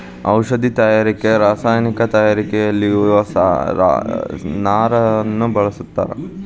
ಔಷದಿ ತಯಾರಿಕೆ ರಸಾಯನಿಕ ತಯಾರಿಕೆಯಲ್ಲಿಯು ನಾರನ್ನ ಬಳಸ್ತಾರ